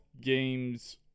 games